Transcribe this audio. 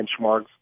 benchmarks